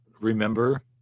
remember